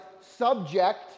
subject